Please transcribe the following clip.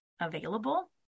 available